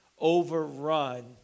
overrun